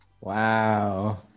Wow